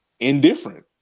indifferent